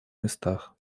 местах